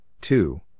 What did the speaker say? two